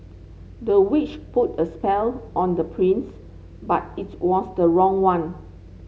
the witch put a spell on the prince but it was the wrong one